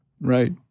Right